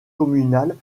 communal